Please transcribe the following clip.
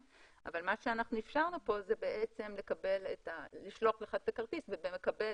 אבל מה שאנחנו אפשרנו כאן זה בעצם לשלוח לך את הכרטיס ולקבל